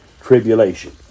tribulation